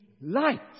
light